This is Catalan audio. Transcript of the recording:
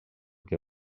que